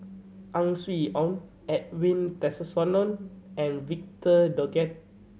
Ang Swee Aun Edwin Tessensohn and Victor Doggett